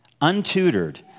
untutored